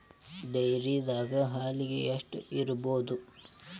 ಡೈರಿದಾಗ ಹಾಲಿಗೆ ಎಷ್ಟು ಇರ್ಬೋದ್?